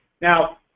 Now